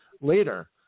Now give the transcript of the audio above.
later